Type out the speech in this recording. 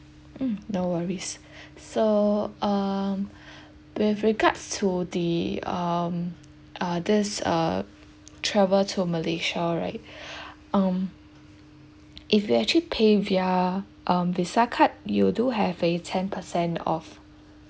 mm no worries so um with regards to the um uh this uh travel to malaysia right um if you actually pay via um visa card you do have a ten percent off